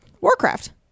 Warcraft